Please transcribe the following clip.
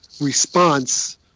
response